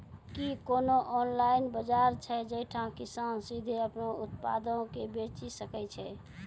कि कोनो ऑनलाइन बजार छै जैठां किसान सीधे अपनो उत्पादो के बेची सकै छै?